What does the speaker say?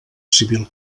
civil